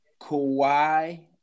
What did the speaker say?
Kawhi